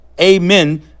Amen